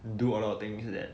do a lot of things that